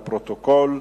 לפרוטוקול.